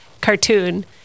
cartoon